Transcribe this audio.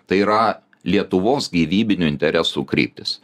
tai yra lietuvos gyvybinių interesų kryptys